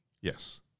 Yes